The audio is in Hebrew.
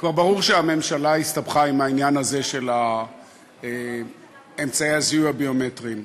כבר ברור שהממשלה הסתבכה עם העניין הזה של אמצעי הזיהוי הביומטריים,